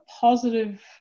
positive